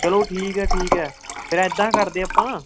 ਚੱਲੋ ਠੀਕ ਹੈ ਠੀਕ ਹੈ ਫਿਰ ਇੱਦਾਂ ਕਰਦੇ ਹਾਂ ਆਪਾਂ